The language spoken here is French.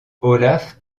olaf